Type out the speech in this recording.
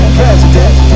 president